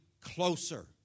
closer